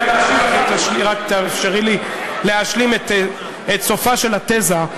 רק תאפשרי לי להשלים את סופה של התֶזה.